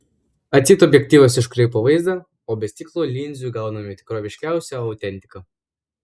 atseit objektyvas iškraipo vaizdą o be stiklo linzių gauname tikroviškiausią autentiką